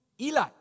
Eli